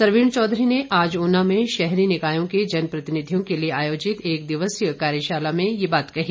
सरवीण चौधरी ने आज ऊना में शहरी निकायों के जनप्रतिनिधियों के लिए आयोजित एक दिवसीय कार्यशाला में यह बात कही